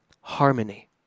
harmony